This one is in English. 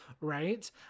right